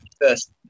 first